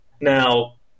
Now